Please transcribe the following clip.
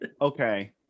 okay